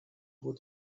بود